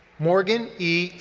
morgan e.